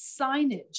signage